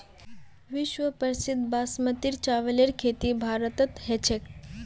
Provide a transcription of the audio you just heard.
विश्व प्रसिद्ध बासमतीर चावलेर खेती भारतत ह छेक